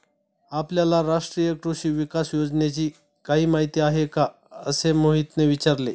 आपल्याला राष्ट्रीय कृषी विकास योजनेची काही माहिती आहे का असे मोहितने विचारले?